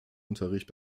unterricht